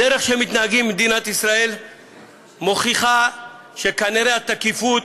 הדרך שהם מתנהגים עם מדינת ישראל מוכיחה שכנראה התקיפות,